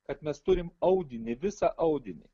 kad mes turim audinį visą audinį